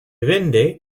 vende